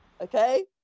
Okay